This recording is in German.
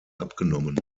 abgenommen